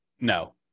No